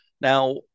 Now